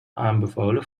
aanbevolen